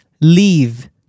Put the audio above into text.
leave